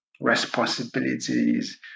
responsibilities